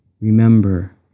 Remember